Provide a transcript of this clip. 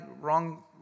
wrong